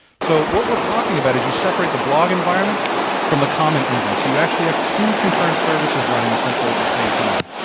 so what we're talking about is you separate the blog environment from the comment engine. so you actually have two concurrent services running essentially at the same time.